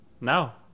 now